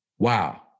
Wow